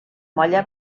molla